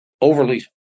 overly